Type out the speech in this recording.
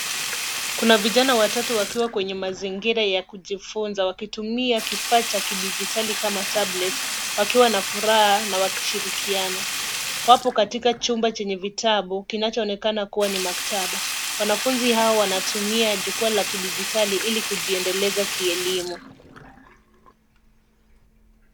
Kuna vijana watatu wakiwa kwenye mazingira ya kujifunza, wakitumia kifaa cha kidijitali kama tablet wakiwa na furaha na wakishirikiana. Wapo katika chumba chenye vitabu kinachoonekana kuwa ni maktaba. Wanafunzi hawa wanatumia jukwa la kidijitali ili kujiendeleza kielimu.